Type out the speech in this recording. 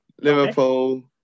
Liverpool